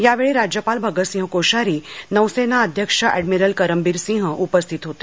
यावेळी राज्यपाल भगतसिंह कोश्यारी नौसेना अध्यक्ष एडमिरल करमबीर सिंह उपस्थित होते